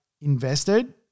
invested